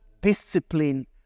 discipline